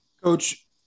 Coach